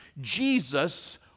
Jesus